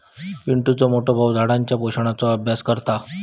पिंटुचो मोठो भाऊ झाडांच्या पोषणाचो अभ्यास करता